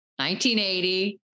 1980